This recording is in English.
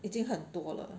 已经很多了